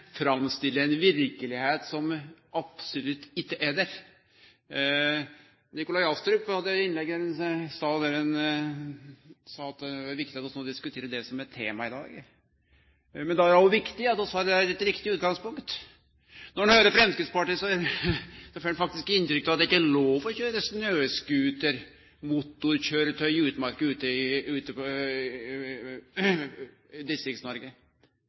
framstiller ei verkelegheit som absolutt ikkje er der. Nikolai Astrup hadde eit innlegg her i stad der han sa at det var viktig at vi no diskuterer det som er temaet i dag. Men da er det òg viktig at vi har eit riktig utgangspunkt. Når ein høyrer Framstegspartiet, får ein inntrykk av at det ikkje er lov å køyre snøscooter, motorkøyretøy, i utmark i Distrikts-Noreg. Da har eg gjort veldig mykje ulovleg. Eg har jobba som lærar på